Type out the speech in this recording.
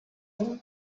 uyu